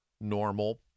normal